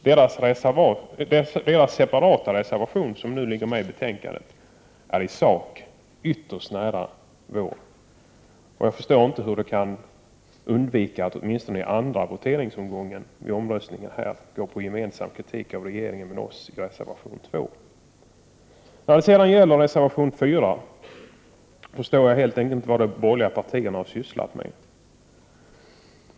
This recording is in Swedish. Deras separata reservation, som nu är fogad till betänkandet, är i sak ytterst nära vår reservation. Jag förstår inte hur de kan undvika att åtminstone i andra voteringsomgången när det gäller reservation nr 2 gemensamt med oss rösta för kritik mot regeringen. Beträffande reservation nr 4 förstår jag helt enkelt inte vad de borgerliga partierna har sysslat med.